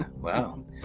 wow